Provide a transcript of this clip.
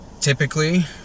typically